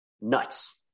nuts